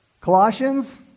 Colossians